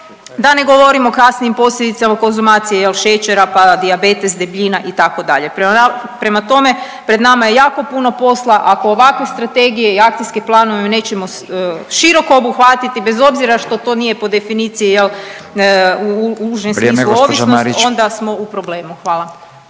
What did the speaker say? da ne govorim o kasnijim posljedicama konzumacije šećera, pa dijabetes, debljina itd. Prema tome, pred nama je jako puno posla, ako ovakve strategije i akcijske planove nećemo široko obuhvatiti, bez obzira što to nije po definiciji u užem smislu …/Upadica Radin: Vrijeme